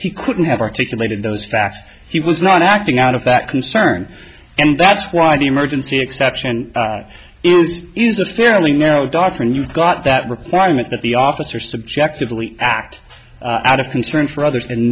he couldn't have articulated those facts he was not acting out of that concern and that's why the emergency exception is a fairly narrow doctrine you've got that requirement that the officer subjectively act out of concern for others and